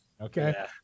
Okay